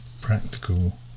practical